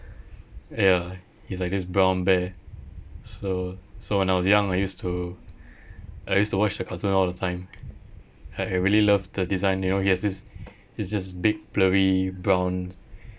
ya it's like this brown bear so so when I was young I used to I used to watch the cartoon all the time I I really love the design you know he has this he's this big blurry brown